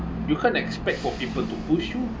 you can't expect for people to push you